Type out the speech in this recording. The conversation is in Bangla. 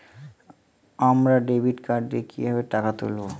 আমরা ডেবিট কার্ড দিয়ে কিভাবে টাকা তুলবো?